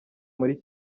muri